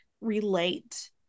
relate